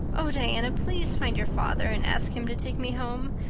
oh, diana, please find your father and ask him to take me home.